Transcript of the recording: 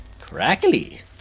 Crackly